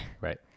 right